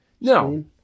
No